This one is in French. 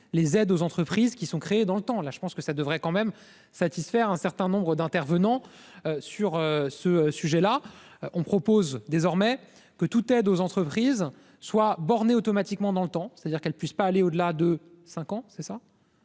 les aides aux entreprises qui sont créés dans le temps, là je pense que ça devrait quand même satisfaire un certain nombre d'intervenants sur ce sujet-là. On propose désormais que toute aide aux entreprises soit bornés automatiquement dans le temps, c'est-à-dire qu'elle puisse pas aller au-delà de 5 ans c'est ça.